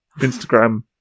Instagram